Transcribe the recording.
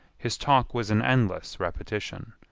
his talk was an endless repetition.